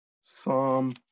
Psalm